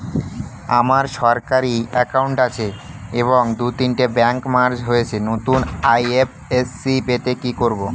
আমার সরকারি একাউন্ট আছে এবং দু তিনটে ব্যাংক মার্জ হয়েছে, নতুন আই.এফ.এস.সি পেতে কি করব?